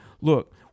look